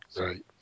Right